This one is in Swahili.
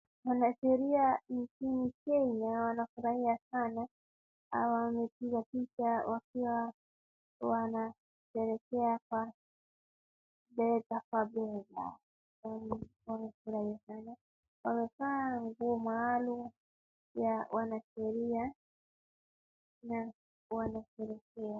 Wanasheria Nchini Kenya wanafurahia sana, hawa wamepigwa picha wakiwa wanasherehekea kwa bega kwa bega, yaani wamefurahia sana. Wamevaa nguo maalum ya wanasheria na wanasherekea.